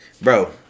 bro